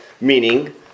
meaning